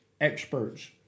experts